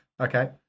Okay